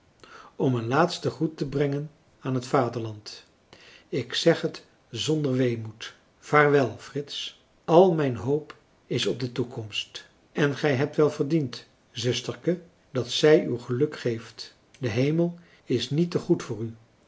om een laatsten groet te brengen aan het vaderland ik zeg het zonder weemoed vaarwel frits al mijn hoop is op de toekomst en gij hebt wel verdiend zusterke dat zij u geluk geeft de hemel is niet te goed voor u